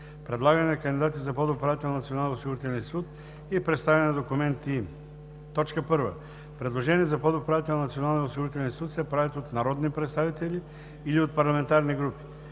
Предлагане на кандидати за подуправител на Националния осигурителен институт и представяне на документите им. 1. Предложения за подуправител на Националния осигурителен институт се правят от народни представители или от парламентарни групи.